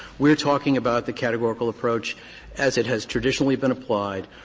we're talking about the categorical approach as it has traditionally been applied,